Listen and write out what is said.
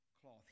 cloth